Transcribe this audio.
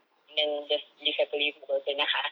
and then just live happily with my boyfriend